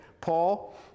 Paul